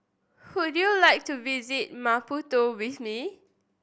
would you like to visit Maputo with me